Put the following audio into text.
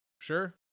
Sure